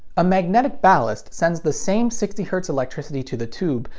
a magnetic ballast sends the same sixty hz electricity to the tube,